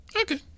Okay